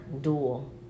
dual